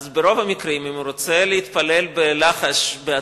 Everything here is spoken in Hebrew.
אז ברוב המקרים, אם הוא רוצה להתפלל בלחש בעצמו,